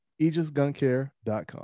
AegisGunCare.com